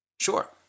Sure